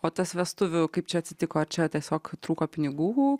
o tas vestuvių kaip čia atsitiko ar čia tiesiog trūko pinigų